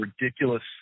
ridiculous